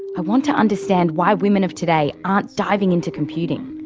i want to understand why women of today aren't diving into computing.